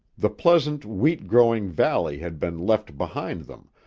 the pleasant, wheat-growing valley had been left behind them,